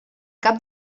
cap